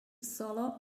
solo